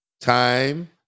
Time